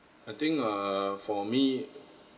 I think err for me